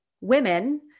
women